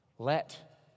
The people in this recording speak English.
Let